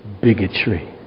bigotry